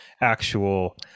actual